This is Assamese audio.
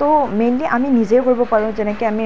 তো মেইনলি আমি নিজেই কৰিব পাৰোঁ যেনেকৈ আমি